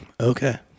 okay